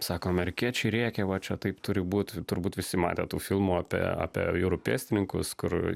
sako amerikiečiai rėkia va čia taip turi būt turbūt visi matę tų filmų apie apie jūrų pėstininkus kur